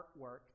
artwork